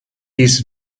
dies